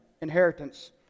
inheritance